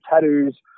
tattoos